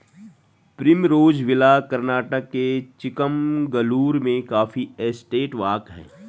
Primrose Villa Karnataka के चिकमगलूर में coffee estate walk हैं